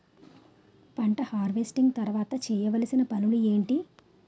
పంట హార్వెస్టింగ్ తర్వాత చేయవలసిన పనులు ఏంటి?